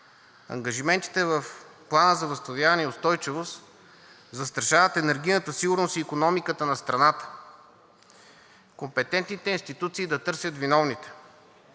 Ангажиментите в Плана за възстановяване и устойчивост застрашават енергийната сигурност и икономиката на страната. Компетентните институции да търсят виновните.